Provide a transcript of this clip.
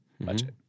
budget